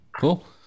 Cool